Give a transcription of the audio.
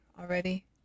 already